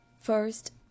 first